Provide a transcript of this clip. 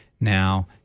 now